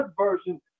version